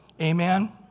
Amen